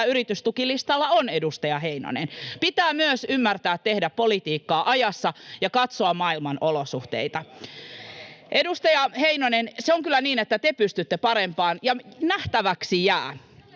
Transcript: yritystukilistalla ovat, edustaja Heinonen. Pitää myös ymmärtää tehdä politiikkaa ajassa ja katsoa maailman olosuhteita. Edustaja Heinonen, se on kyllä niin, että te pystytte parempaan. [Timo